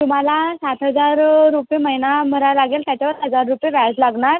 तुम्हाला सात हजार रुपये महिना भरावं लागेल त्याच्यावर हजार रुपये व्याज लागणार